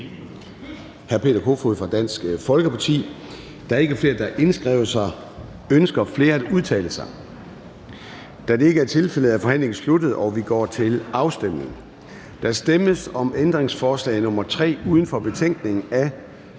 hr. Peter Kofod fra Dansk Folkeparti. Der er ikke flere, der har indskrevet sig. Ønsker flere at udtale sig? Da det ikke er tilfældet, er forhandlingen sluttet, og vi går til afstemning. Kl. 13:47 Afstemning Formanden (Søren Gade):